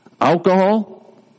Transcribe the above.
Alcohol